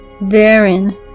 Therein